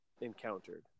encountered